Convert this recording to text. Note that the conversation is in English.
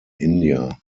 india